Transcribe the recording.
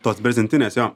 tos brezentines jo